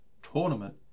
Tournament